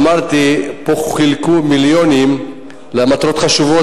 אמרתי: פה חילקו מיליונים למטרות חשובות,